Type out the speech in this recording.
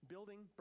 building